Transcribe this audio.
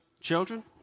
children